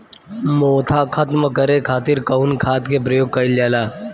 मोथा खत्म करे खातीर कउन खाद के प्रयोग कइल जाला?